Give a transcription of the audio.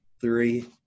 three